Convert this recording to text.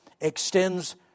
extends